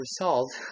result